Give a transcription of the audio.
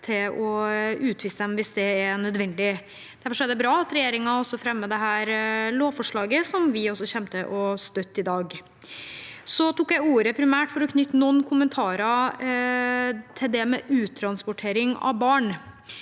til å utvise dem hvis det er nødvendig. Derfor er det bra at regjeringen fremmer dette lovforslaget, som vi også kommer til å støtte i dag. Jeg tok ordet primært for å knytte noen kommentarer til det med uttransportering av barn.